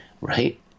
Right